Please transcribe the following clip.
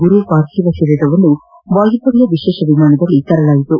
ಗುರು ಪಾರ್ಥಿವ ಶರೀರವನ್ನು ವಾಯುಪಡೆಯ ವಿಶೇಷ ವಿಮಾನದಲ್ಲಿ ತರಲಾಯಿತು